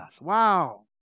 wow